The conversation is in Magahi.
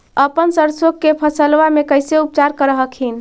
अपन सरसो के फसल्बा मे कैसे उपचार कर हखिन?